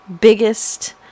biggest